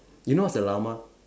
you know what's a llama